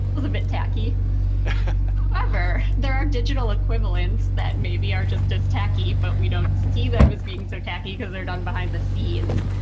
ah bit tacky however, there are digital equivalents that maybe are just as tacky, but we don't see them as being so tacky because they're done behind the scenes.